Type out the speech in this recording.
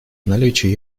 наличие